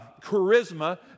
charisma